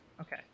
Okay